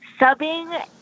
Subbing